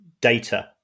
data